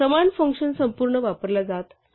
समान फंक्शन संपूर्ण वापरला जात आहे